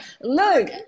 Look